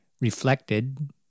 reflected